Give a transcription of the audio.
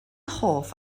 hoff